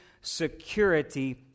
security